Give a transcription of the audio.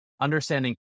understanding